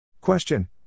Question